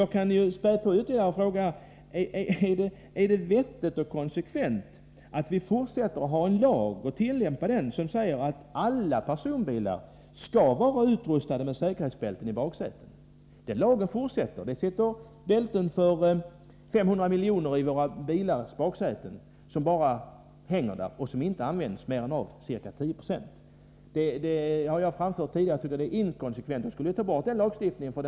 Jag kan spä på med att ytterligare fråga: Är det vettigt och konsekvent att vi fortsätter att tillämpa en lag som säger att alla personbilar skall vara utrustade med säkerhetsbälten i baksätet. Det sitter bälten för 500 milj.kr. i våra bilars baksäten. Dessa bälten hänger där och används inte av mer än ca 10 96 av passagerarna. Detta är inkonsekvent, och vi borde kunna avskaffa den lagen.